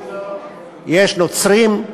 יש נוצרים,